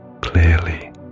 clearly